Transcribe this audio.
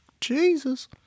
Jesus